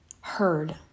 heard